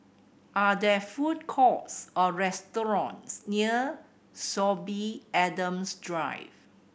are there food courts or restaurants near Sorby Adams Drive